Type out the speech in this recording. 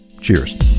Cheers